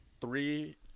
three